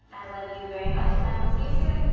i love you very much and i will see you soon!